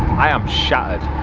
i am shattered!